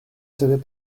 savais